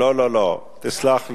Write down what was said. לא לא לא, תסלח לי.